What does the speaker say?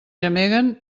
gemeguen